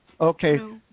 Okay